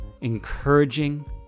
encouraging